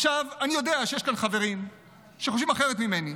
עכשיו, אני יודע שיש כאן חברים שחושבים אחרת ממני,